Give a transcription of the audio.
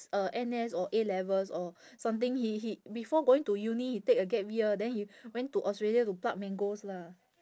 uh N_S or A-levels or something he he before going to uni he take a gap year then he went to australia to pluck mangoes lah